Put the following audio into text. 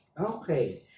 Okay